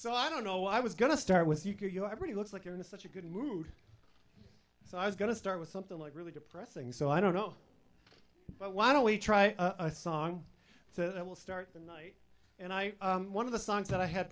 so i don't know i was going to start with you could you every looks like you're in such a good mood so i was going to start with something like really depressing so i don't know but why don't we try a song so it will start the night and i one of the songs that i had